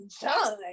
John